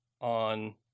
on